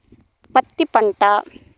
పత్తి పంట